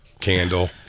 Candle